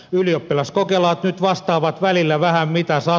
ylioppilaskokelaat nyt vastaavat välillä vähän mitä sattuu